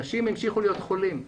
אנשים המשיכו להיות חולים.